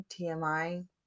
TMI